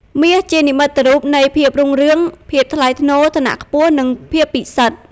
មាស ជានិមិត្តរូបនៃ ភាពរុងរឿង ភាពថ្លៃថ្នូរ ឋានៈខ្ពស់ និង ភាពពិសិដ្ឋ។